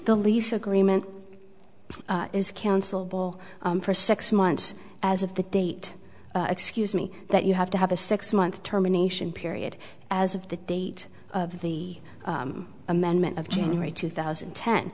the lease agreement it is counsel for six months as of the date excuse me that you have to have a six month terminations period as of the date of the amendment of january two thousand